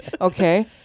Okay